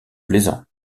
plaisant